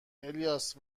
الیاس